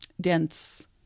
dense